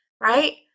right